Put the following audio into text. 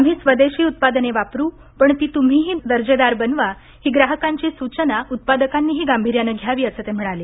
आम्ही स्वदेशी उत्पादने वापरू पण ती तुम्हीही दर्जेदार बनवा ही ग्राहकांची सूचना उत्पादकांनीही गांभीर्याने घ्यावी असं ते म्हणाले